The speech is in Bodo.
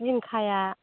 जों खाया